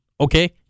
Okay